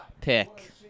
pick